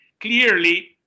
clearly